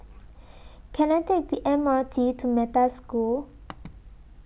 Can I Take The M R T to Metta School